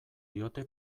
diote